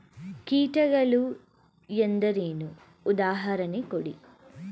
ಕೀಟಗಳು ಎಂದರೇನು? ಉದಾಹರಣೆ ಕೊಡಿ?